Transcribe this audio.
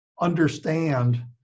understand